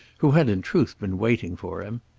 who had in truth been waiting for him.